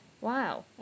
Wow